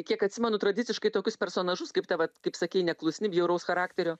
kiek atsimenu tradiciškai tokius personažus kaip ta vat kaip sakei neklusni bjauraus charakterio